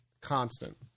Constant